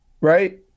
right